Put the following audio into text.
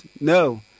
No